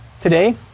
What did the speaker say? today